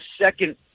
second